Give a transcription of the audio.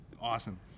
awesome